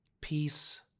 Peace